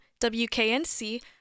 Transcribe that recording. WKNC